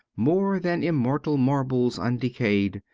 more than immortal marbles undecayed,